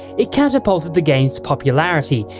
it catapolted the game's popularity,